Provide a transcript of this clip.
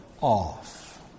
off